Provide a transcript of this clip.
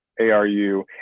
ARU